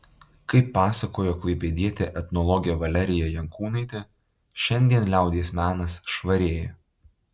kaip pasakojo klaipėdietė etnologė valerija jankūnaitė šiandien liaudies menas švarėja